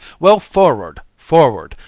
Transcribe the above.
well, forward, forward!